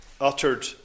uttered